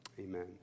amen